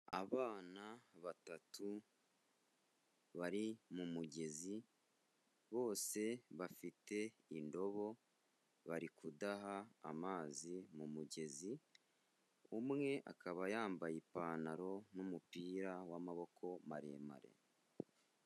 Abana batatu bari mu mugezi bose bafite indobo barikudaha amazi mu mugezi, umwe akaba yambaye ipantaro n'umupira w'amaboko maremare.